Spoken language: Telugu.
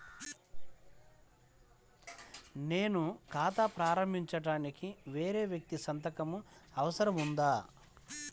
నేను ఖాతా ప్రారంభించటానికి వేరే వ్యక్తి సంతకం అవసరం ఉందా?